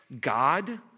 God